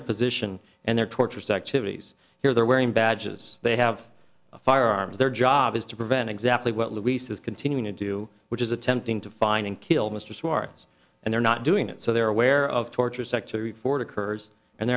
their position and their torture sexualities here they're wearing badges they have firearms their job is to prevent exactly what luis is continuing to do which is attempting to find and kill mr suarez and they're not doing it so they're aware of torture se